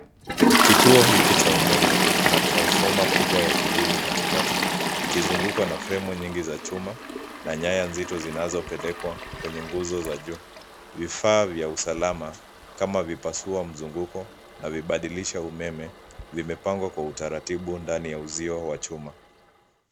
Kituo hiki cha umeme kina transfoma kubwa ya kijivu katikati ikizungukwa na fremu za chuma na nyaya nzito zinazopelekwa kwenye nguzo za juu. vifaa vya usalama kama vipasua mzunguko na vibadilisho vya umeme vimepangwa kwa utaratibu ndani ya uzio wa chuma.